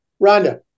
Rhonda